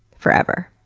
forever.